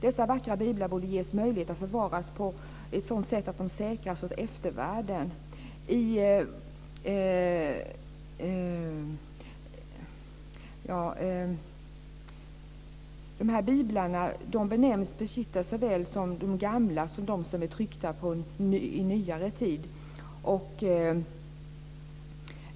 Dessa vackra biblar borde ges möjlighet att förvaras på ett sådant sätt att de säkras åt eftervärlden. Dessa gamla biblar såväl som de som är tryckta på nyare tid benämns Peshitta.